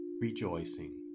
rejoicing